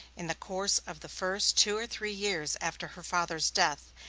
in the course of the first two or three years after her father's death,